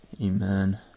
amen